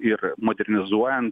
ir modernizuojant